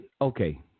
okay